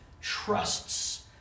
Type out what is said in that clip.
trusts